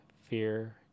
fear